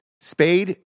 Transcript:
Spade